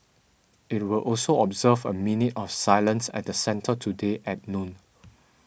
it will also observe a minute of silence at the centre today at noon